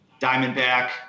Diamondback